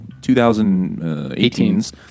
2018's